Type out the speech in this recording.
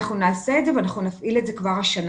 אנחנו נעשה את זה ונפעיל את זה כבר השנה.